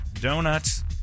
Donuts